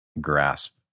grasp